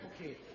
okay